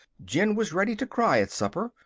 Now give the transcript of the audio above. jen was ready to cry at supper.